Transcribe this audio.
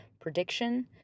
prediction